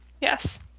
yes